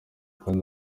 kandi